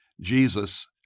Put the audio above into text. Jesus